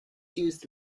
used